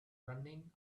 running